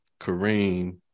Kareem